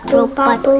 Robot